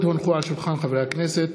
יואל חסון,